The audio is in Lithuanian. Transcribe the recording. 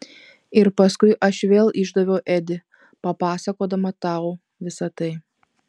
ir paskui aš vėl išdaviau edį papasakodama tau visa tai